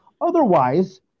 Otherwise